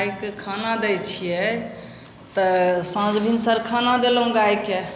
गाइके खाना दै छिए तऽ साँझ भिनसर खाना देलहुँ गाइके